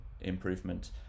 improvement